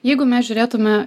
jeigu mes žiūrėtume